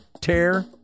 Tear